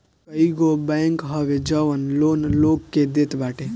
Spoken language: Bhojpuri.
कईगो बैंक हवे जवन लोन लोग के देत बाटे